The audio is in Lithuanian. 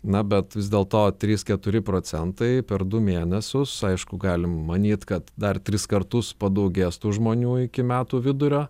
na bet vis dėlto trys keturi procentai per du mėnesius aišku galim manyt kad dar tris kartus padaugės tų žmonių iki metų vidurio